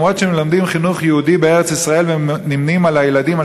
למרות שהם מלמדים חינוך יהודי בארץ-ישראל ונמנים עם הילדים,